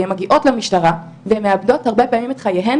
כי הם מגיעות למשטרה והן מאבדות הרבה פעמים את חייהן